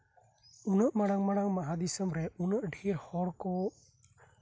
ᱩᱱᱟᱹᱜ ᱢᱟᱨᱟᱝᱼᱢᱟᱨᱟᱝ ᱢᱚᱦᱟ ᱫᱤᱥᱚᱢ ᱨᱮ ᱩᱱᱟᱹᱜ ᱫᱷᱮᱨ ᱦᱚᱲ ᱠᱚ